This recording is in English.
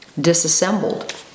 disassembled